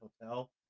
Hotel